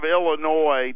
Illinois